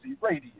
Radio